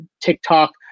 TikTok